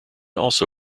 also